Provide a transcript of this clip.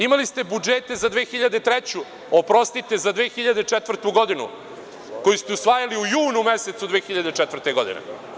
Imali ste budžete za 2003. godinu, oprostite za 2004. godinu koji ste usvajali u junu mesecu 2004. godine.